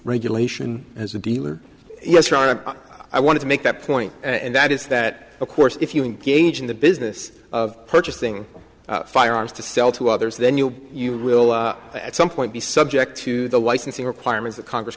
regulation as a dealer yes i want to make that point and that is that of course if you engage in the business of purchasing firearms to sell to others then you you will at some point be subject to the licensing requirements that congress